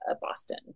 Boston